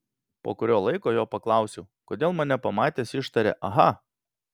po kurio laiko jo paklausiau kodėl mane pamatęs ištarė aha